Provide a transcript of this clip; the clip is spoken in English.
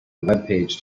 webpage